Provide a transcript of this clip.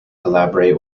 collaborate